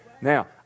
Now